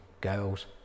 girls